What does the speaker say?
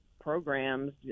programs